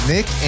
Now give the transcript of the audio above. Nick